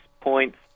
points